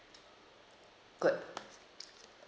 good